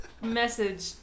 message